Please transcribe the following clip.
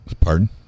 Pardon